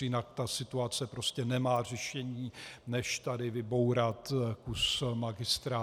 Jinak ta situace prostě nemá řešení, než tady vybourat kus magistrály.